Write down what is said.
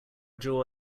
jaw